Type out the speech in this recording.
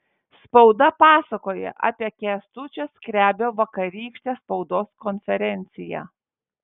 spauda pasakoja apie kęstučio skrebio vakarykštę spaudos konferenciją